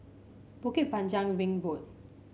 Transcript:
Bukit Panjang Ring Road